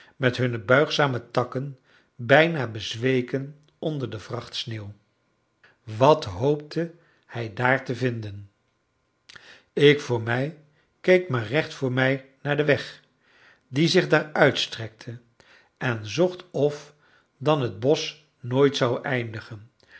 met hunne buigzame takken bijna bezweken onder de vracht sneeuw wat hoopte hij daar te vinden ik voor mij keek maar recht voor mij naar den weg die zich daar uitstrekte en zocht of dan dat bosch nooit zou eindigen